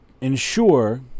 ensure